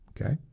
Okay